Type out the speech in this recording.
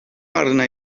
arna